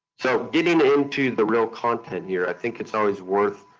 so, getting into the real content here, i think it's always worth,